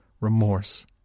Remorse